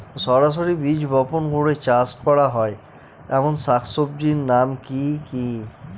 সরাসরি বীজ বপন করে চাষ করা হয় এমন শাকসবজির নাম কি কী?